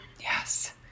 Yes